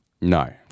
No